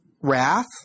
wrath